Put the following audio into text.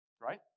right